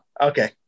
Okay